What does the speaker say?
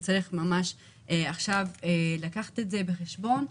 צריך ממש עכשיו לקחת את זה בחשבון,